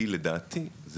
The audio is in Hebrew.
כי לדעתי,